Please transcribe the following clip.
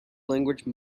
language